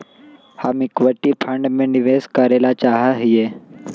हम equity fund में निवेश करे ला चाहा हीयी